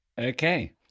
Okay